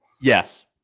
Yes